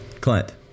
Clint